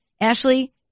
Ashley